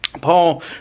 Paul